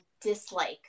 dislike